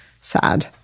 sad